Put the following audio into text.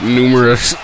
numerous